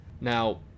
Now